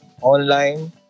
online